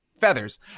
feathers